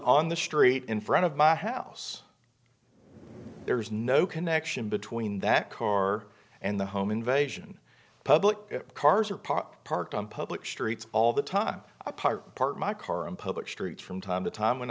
on the street in front of my house there is no connection between that car and the home invasion public cars are parked parked on public streets all the time apart park my car on public streets from time to time when